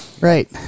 Right